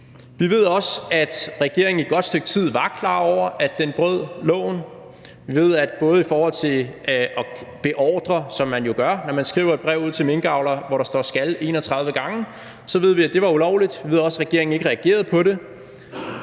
Vi ved også, at regeringen i et godt stykke tid var klar over, at den brød loven. Vi ved, at i forhold til at beordre, som man jo gør, når man skriver et brev ud til minkavlere, hvor der står »skal« 31 gange, var det ulovligt. Vi ved også, at regeringen ikke reagerede på det.